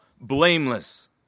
blameless